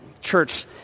church